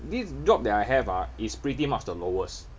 this job that I have ah is pretty much the lowest